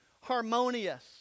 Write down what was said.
harmonious